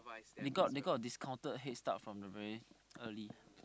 they got they got discounted head start from the very early